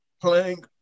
Playing